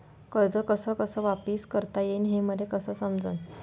कर्ज कस कस वापिस करता येईन, हे मले कस समजनं?